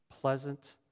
pleasant